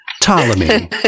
Ptolemy